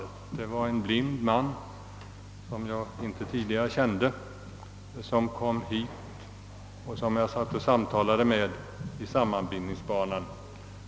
Det var en blind man, som jag inte tidigare kände som kom hit, och jag satt och samtalade med honom i sammanbindningsbanan.